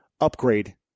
upgrade